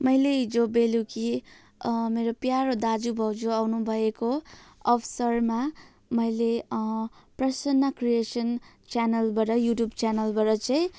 मैले हिजो बेलुकी मेरो प्यारो दाजुभाउजु आउनुभएको अवसरमा मैले प्रसन्ना क्रिएसन च्यानलबाट युट्युब च्यानलबाट चाहिँ